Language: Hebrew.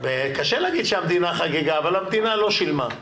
קשה להגיד שהמדינה חגגה, אבל המדינה לא שילמה.